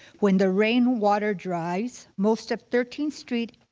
when the rain water drys, most of thirteenth street